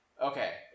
Okay